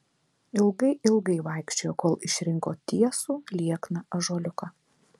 ilgai ilgai vaikščiojo kol išrinko tiesų liekną ąžuoliuką